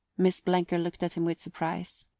miss blenker looked at him with surprise.